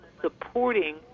supporting